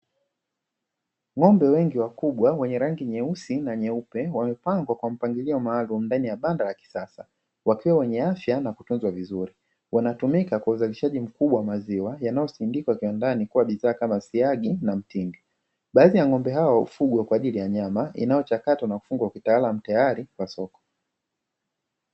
Ng'ombe wengi wakubwa wenye rangi nyeusi na nyeupe, wamepangwa kwa mpangilio maalumu ndani ya banda la kisasa, wakiwa wenye afya na kutunzwa vizuri. Wanatumika kwa uzalishaji mkubwa wa maziwa, yanayosindikwa kiwandani kuwa bidhaa kama siagi na mtindi. Baadhi ya ng'ombe hao hufugwa kwa ajili ya nyama, inayochakatwa na kufungwa kitaalamu tayari kwa soko.